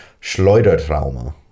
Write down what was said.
schleudertrauma